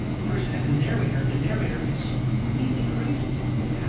first as a narrator, the narrator is completely crazy. he says,